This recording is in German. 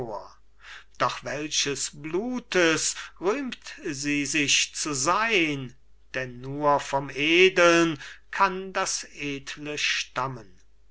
doch welches blutes rühmt sie sich zu sein denn nur vom edeln kann das edle stammen